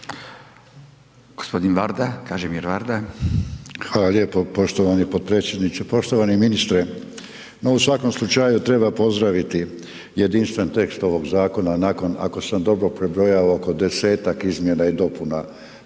i solidarnosti)** Hvala lijepo poštovani potpredsjedniče. Poštovani ministre, no u svakom slučaju treba pozdraviti jedinstven tekst ovog zakona nakon, ako sam dobro prebrojao oko 10-tak izmjena i dopuna